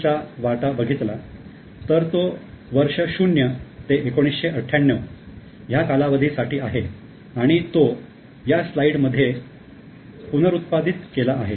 चा वाटा बघितला तर तो वर्ष 00 ते 1998 ह्या कालावधी साठी आहे आणि तो या स्लाईडमध्ये पुनरउत्पादित केला आहे